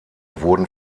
wurden